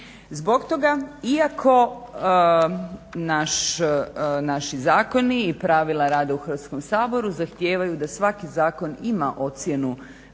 Zbog toga iako naši zakoni i pravila rada u Hrvatskom saboru zahtijevaju da svaki zakon ima ocjenu